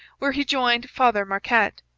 where he joined father marquette.